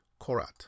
Korat